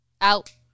Out